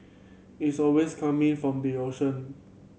it's always coming from the ocean